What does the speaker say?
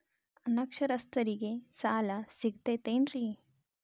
ಅನಕ್ಷರಸ್ಥರಿಗ ಸಾಲ ಸಿಗತೈತೇನ್ರಿ?